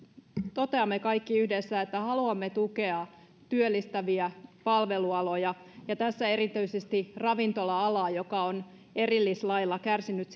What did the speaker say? toteamme kaikki yhdessä että haluamme tukea työllistäviä palvelualoja ja tässä erityisesti ravintola alaa joka on erillislailla kärsinyt